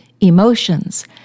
emotions